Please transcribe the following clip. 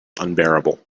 unbearable